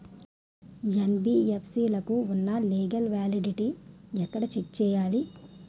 NBFC లకు ఉన్నా legal validity ఎక్కడ చెక్ చేయాలి?